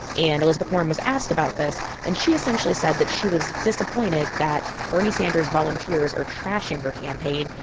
and elizabeth warren was asked about this. and she essentially said that she was disappointed that bernie sanders volunteers are trashing her campaign.